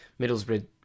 Middlesbrough